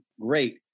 great